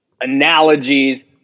analogies